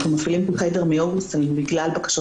ומפעילים את החדר מאוגוסט בגלל הבקשות